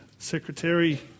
Secretary